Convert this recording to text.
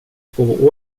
två